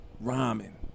rhyming